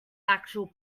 actual